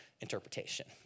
interpretation